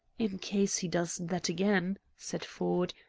in case he does that again, said ford,